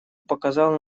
показал